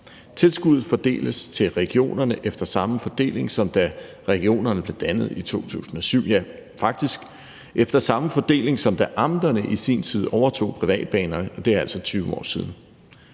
Tilskuddet fordeles til regionerne efter samme fordeling, som da regionerne blev dannet i 2007, ja, faktisk efter samme fordeling, som da amterne i sin tid overtog privatbanerne, og det er altså 20 år siden.